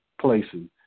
places